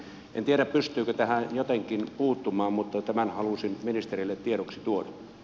en tiedä pystyykö tähän jotenkin puuttumaan mutta tämän halusin ministerille tiedoksi tuoda